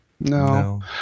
No